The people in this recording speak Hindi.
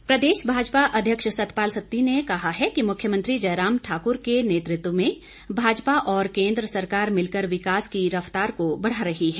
सत्ती प्रदेश भाजपा अध्यक्ष सतपाल सत्ती ने कहा है कि मुख्यमंत्री जयराम ठाकुर के नेतृत्व में भाजपा और केंद्र सरकार मिलकर विकास की रफतार को बढ़ा रही है